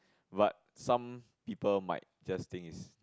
but some people might just think is